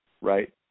right